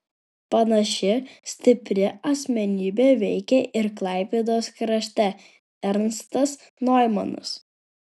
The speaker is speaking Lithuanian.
panaši stipri asmenybė veikė ir klaipėdos krašte ernstas noimanas